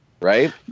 right